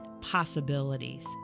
possibilities